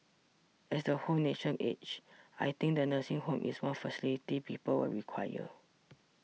as the whole nation ages I think the nursing home is one facility people will require